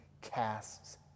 casts